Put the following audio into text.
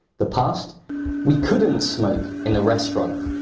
the past we couldn't smoke in the restaurant.